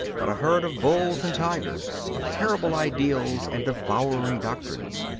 but a herd of bulls and tigers, of terrible ideals and devouring doctrines,